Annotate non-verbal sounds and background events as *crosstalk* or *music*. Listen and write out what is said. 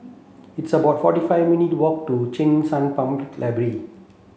it's about forty five minute walk to Cheng San *unintelligible* Library